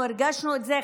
הרגשנו את זה,